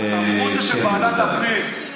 הסמכות זה של ועדת הפנים.